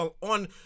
on